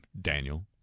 Daniel